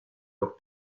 los